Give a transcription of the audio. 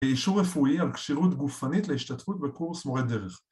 ‫אישור רפואי על כשירות גופנית ‫להשתתפות בקורס מורי דרך.